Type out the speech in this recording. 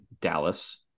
Dallas